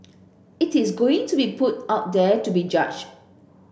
it is going to be put out there to be judged